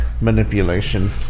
manipulation